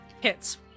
Hits